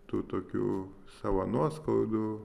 tų tokių savo nuoskaudų